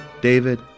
David